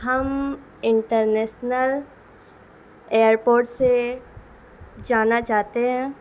ہم international airport سے جانا چاہتے ہیں